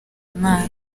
imana